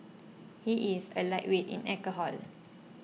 he is a lightweight in alcohol